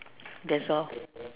that's all